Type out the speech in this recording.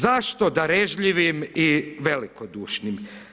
Zašto darežljivim i velikodušnim?